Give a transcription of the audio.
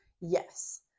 Yes